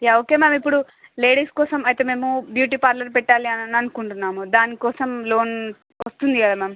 yeah okay madam ఇప్పుడు ladies కోసం అయితే ఇప్పుడు మేము బ్యూటీ పార్లర్ పెట్టాలి అననుకుంటున్నాము దానికోసం లోన్ వస్తుంది కదా మ్యామ్